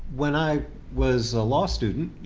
when i was a law student